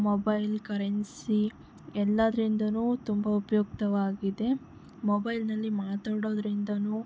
mobile currency ಎಲ್ಲದರಿಂದನೂ ತುಂಬ ಉಪಯುಕ್ತವಾಗಿದೆ ಮೊಬೈಲ್ನಲ್ಲಿ ಮಾತಾಡೋದರಿಂದನೂ